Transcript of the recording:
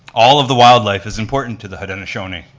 all of the wildlife is important to the haudenosaunee.